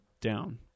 down